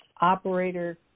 operator